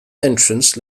entrance